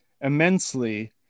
immensely